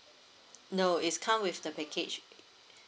no it's come with the package